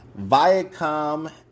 Viacom